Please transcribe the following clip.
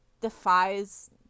defies